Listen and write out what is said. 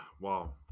wow